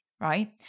right